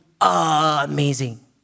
amazing